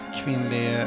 kvinnlig